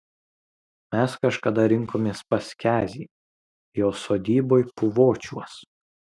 mes kažkada rinkomės pas kezį jo sodyboj puvočiuos